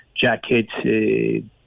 jackets